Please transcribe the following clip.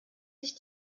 sich